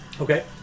Okay